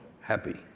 happy